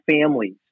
families